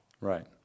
Right